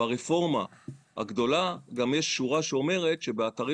ברפורמה הגדולה גם יש שורה שאומרת שבאתרים